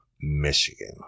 Michigan